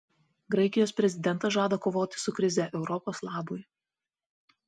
graikijos prezidentas žada kovoti su krize europos labui